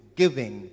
giving